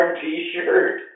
t-shirt